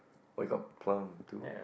where got too